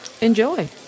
enjoy